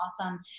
awesome